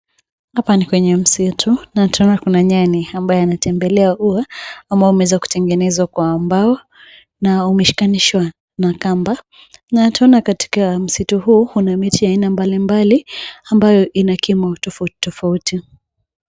Hapa ni kwenye msitu, na tunaona kuna nyani ambaye anatembelea ua ambao umeweza kutengenezwa kwa mbao, na umeshikanishwa na kamba. Na tunaona katika msitu huu, una miti ya aina mbalimbali ambayo ina kimo tofauti tofauti.